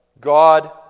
God